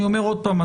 אני אומר עוד פעם,